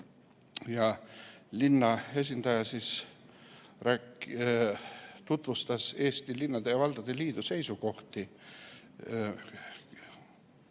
Linna esindaja tutvustas Eesti Linnade ja Valdade Liidu seisukohti,